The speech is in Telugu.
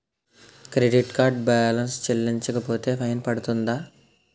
క్రెడిట్ కార్డ్ బాలన్స్ చెల్లించకపోతే ఫైన్ పడ్తుంద?